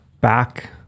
back